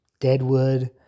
Deadwood